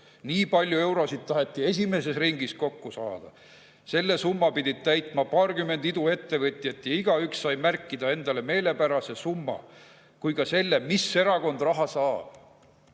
nii palju eurosid taheti "esimeses ringis" kokku saada. Selle summa pidid täitma umbes paarkümmend iduettevõtjat ja igaüks sai märkida nii endale meelepärase summa kui ka selle, mis erakond raha saab."Meie